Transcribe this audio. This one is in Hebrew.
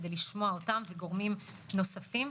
לשמוע אותם וגורמים נוספים.